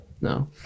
no